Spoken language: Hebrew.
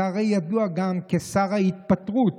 אתה הרי ידוע גם כשר ההתפטרות.